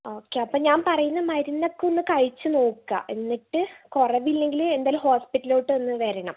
okay അപ്പോൾ ഞാൻ പറയുന്ന മരുന്നൊക്കെ ഒന്ന് കഴിച്ച് നോക്കുക എന്നിട്ട് കുറവില്ലെങ്കിൽ എന്തായാലും ഹോസ്പിറ്റലിലോട്ട് ഒന്ന് വരണം